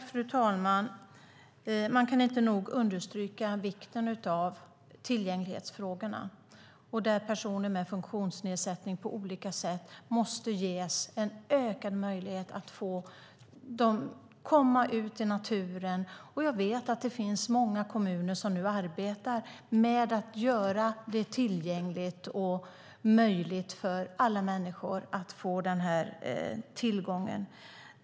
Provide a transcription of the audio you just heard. Fru talman! Man kan inte nog understryka vikten av tillgänglighetsfrågorna där personer med funktionsnedsättning på olika sätt måste ges en ökad möjlighet att komma ut i naturen. Jag vet att många kommuner nu arbetar med att göra det möjligt för alla människor att få den tillgången.